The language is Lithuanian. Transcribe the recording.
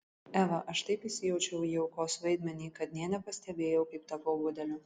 eva aš taip įsijaučiau į aukos vaidmenį kad nė nepastebėjau kaip tapau budeliu